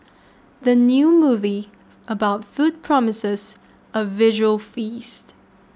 the new movie about food promises a visual feast